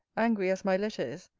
angry as my letter is,